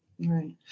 right